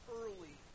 early